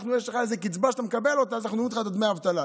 יש לך קצבה שאתה מקבל אותה אז אנחנו נוריד לך את דמי האבטלה.